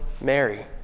Mary